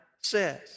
says